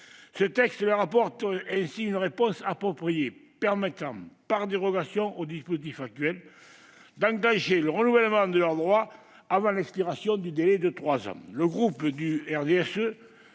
Ce texte leur apporte une réponse appropriée en permettant, par dérogation au dispositif actuel, d'enclencher le renouvellement de leurs droits avant l'expiration du délai de trois ans.